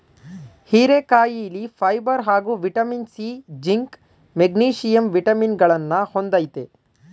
ಹೀರೆಕಾಯಿಲಿ ಫೈಬರ್ ಹಾಗೂ vitamin C, zinc, magnesium ವಿಟಮಿನಗಳನ್ನ ಹೊಂದಯ್ತೆ